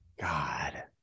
God